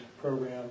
program